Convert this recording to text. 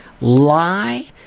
lie